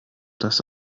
das